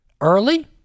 early